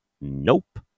nope